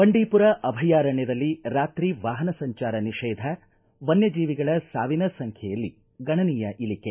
ಬಂಡೀಪುರ ಅಭಯಾರಣ್ಯದಲ್ಲಿ ರಾತ್ರಿ ವಾಹನ ಸಂಜಾರ ನಿಷೇಧ ವನ್ನಜೀವಿಗಳ ಸಾವಿನ ಸಂಖ್ಯೆಯಲ್ಲಿ ಗಣನೀಯ ಇಳಿಕೆ